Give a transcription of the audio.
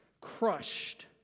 crushed